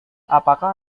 apakah